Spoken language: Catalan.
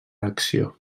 acció